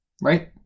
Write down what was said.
Right